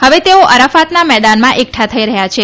હવે તેઓ અરાફતના મેદાનમાં એકઠા થઈ રહયાં છે